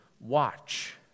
watch